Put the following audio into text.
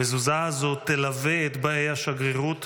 המזוזה הזאת תלווה את באי השגרירות